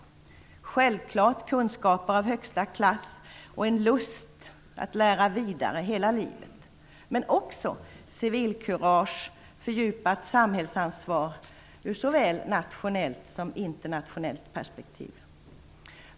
I det ingår självklart kunskaper av högsta klass och en lust att lära vidare hela livet, men också civilkurage och fördjupat samhällsansvar i såväl nationellt som internationellt perspektiv.